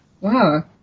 Wow